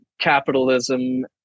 capitalism